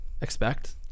expect